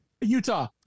Utah